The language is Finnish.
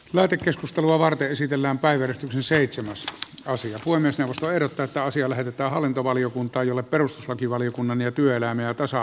lähetekeskustelua varten esitellään päivystyksen seitsemäs asian puhemiesneuvosto ehdottaa että asia lähetetään hallintovaliokuntaan jolle perustuslakivaliokunnan ja työelämä ja tasa arvovaliokunnan on annettava lausunto